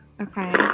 Okay